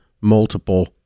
multiple